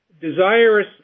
Desirous